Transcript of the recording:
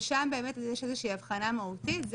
ושם באמת יש איזושהי הבחנה מהותית.